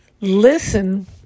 Listen